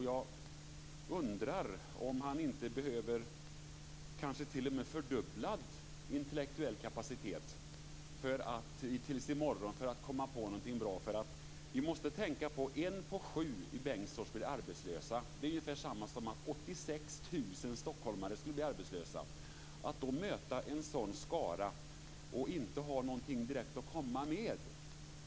Jag undrar om han inte behöver t.o.m. fördubblad intellektuell kapacitet för att till i morgon komma på något bra. Vi måste tänka på att en på sju i Bengtsfors blir arbetslös. Det är detsamma som om 86 000 stockholmare skulle bli arbetslösa.